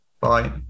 Bye